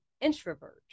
introvert